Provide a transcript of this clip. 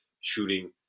shooting